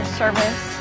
service